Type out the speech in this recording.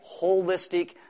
holistic